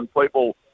people